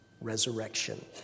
resurrection